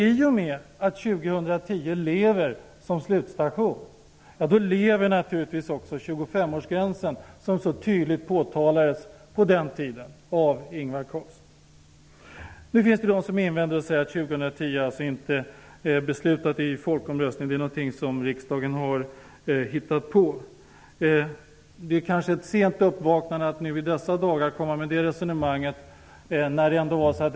I och med att 2010 lever som slutstation lever naturligtvis också den 25-årsgräns som på den tiden så tydligt betonades av Ingvar Nu finns det de som invänder mot detta och säger att man inte beslutade om 2010 i folkomröstningen och att det är något som riksdagen har hittat på. Att komma med det resonemanget i dessa dagar är kanske ett sent uppvaknande.